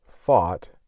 fought